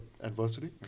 adversity